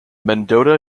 mendota